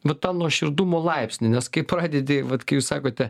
va tą nuoširdumo laipsnį nes kai pradedi vat kai jūs sakote